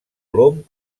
plom